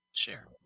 share